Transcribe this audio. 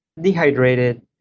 dehydrated